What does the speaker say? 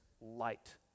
light